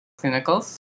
clinicals